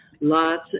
lots